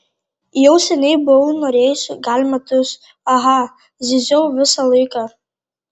jau seniai buvau norėjusi gal metus aha zyziau visą laiką